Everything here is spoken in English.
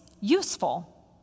useful